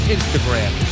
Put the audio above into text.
Instagram